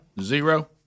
Zero